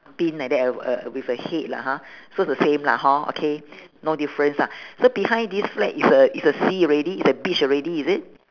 pin like that uh w~ uh with a head lah hor so is the same lah hor okay no difference ah so behind this flag is a is a sea already is a beach already is it